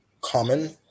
common